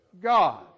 God